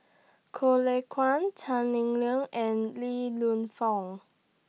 Lay Kuan Tan Lim Leng and Li Fung